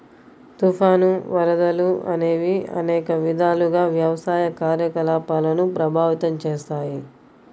తుఫాను, వరదలు అనేవి అనేక విధాలుగా వ్యవసాయ కార్యకలాపాలను ప్రభావితం చేస్తాయి